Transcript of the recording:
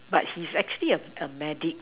but he's actually a a medic